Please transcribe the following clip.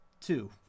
two